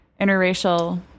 interracial